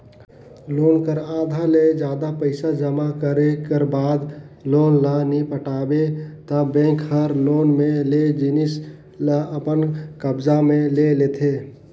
loan कर आधा ले जादा पइसा जमा करे कर बाद लोन ल नी पटाबे ता बेंक हर लोन में लेय जिनिस ल अपन कब्जा म ले लेथे